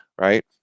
right